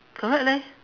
correct leh